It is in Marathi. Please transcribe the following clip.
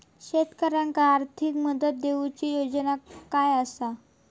शेतकऱ्याक आर्थिक मदत देऊची योजना काय आसत?